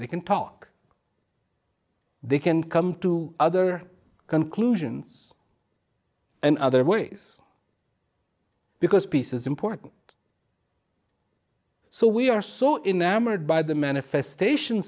they can talk they can come to other conclusions in other ways because peace is important so we are so enamelled by the manifestation